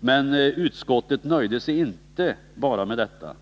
Men utskottet nöjde sig inte bara med detta.